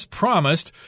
promised